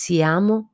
Siamo